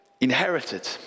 inherited